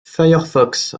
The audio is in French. firefox